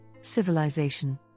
Civilization